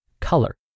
color